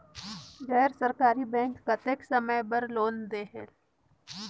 गैर सरकारी बैंक कतेक समय बर लोन देहेल?